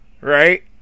right